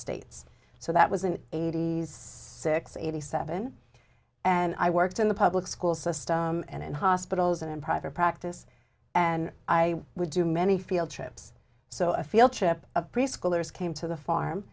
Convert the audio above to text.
states so that was an eighty's six eighty seven and i worked in the public school system and in hospitals and in private practice and i would do many field trips so a field trip a preschooler's came to the farm